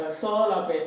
Todo